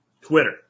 Twitter